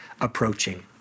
approaching